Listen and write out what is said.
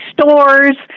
stores